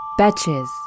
Batches